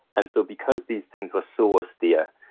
and so because these things were so austere,